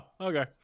okay